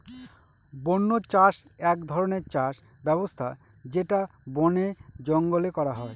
বন্য চাষ এক ধরনের চাষ ব্যবস্থা যেটা বনে জঙ্গলে করা হয়